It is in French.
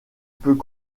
peut